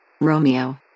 Romeo